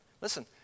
Listen